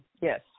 yes